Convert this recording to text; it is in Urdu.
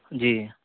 جی